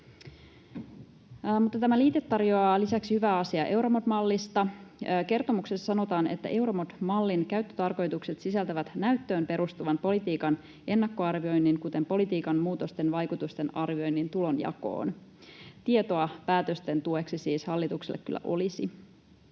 Tämä liite tarjoaa lisäksi hyvää asiaa EUROMOD-mallista. Kertomuksessa sanotaan, että EUROMOD-mallin käyttötarkoitukset sisältävät näyttöön perustuvan politiikan ennakkoarvioinnin, kuten politiikan muutosten vaikutusten arvioinnin tulonjakoon. Tietoa päätösten tueksi hallitukselle kyllä siis